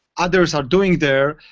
others are doing there.